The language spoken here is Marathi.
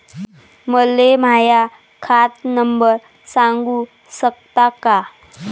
मले माह्या खात नंबर सांगु सकता का?